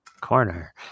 Corner